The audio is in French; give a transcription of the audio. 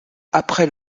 après